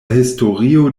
historio